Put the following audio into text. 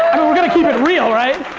i'm going to keep it real, right?